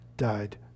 died